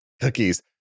cookies